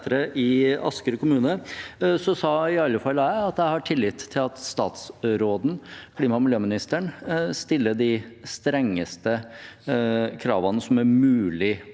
i Asker kommune, sa iallfall jeg at jeg har tillit til at statsråden og klima- og miljøministeren stiller de strengeste kravene som er mulig